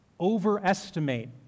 overestimate